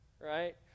right